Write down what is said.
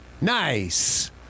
Nice